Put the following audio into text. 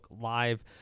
Live